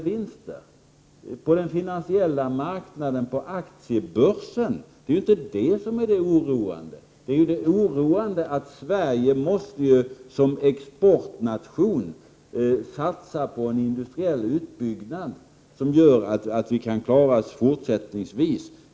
Vinsterna på den finansiella marknaden, på aktiebörsen? Men det är inte det som är oroande. Det oroande är att Sverige som exportnation måste satsa på en industriell utbyggnad som gör att vi kan klara oss fortsättningsvis.